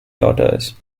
daughters